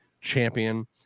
champion